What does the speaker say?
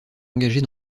engagées